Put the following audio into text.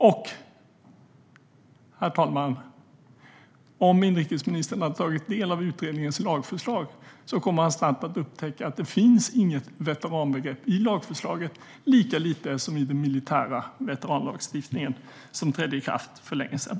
Och, herr talman, om inrikesministern hade tagit del av utredningens lagförslag hade han snabbt upptäckt att det inte finns något veteranbegrepp i lagförslaget, lika lite som i den militära veteranlagstiftningen, som trädde i kraft för länge sedan.